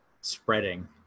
spreading